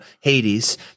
Hades